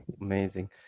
amazing